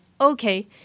okay